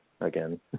again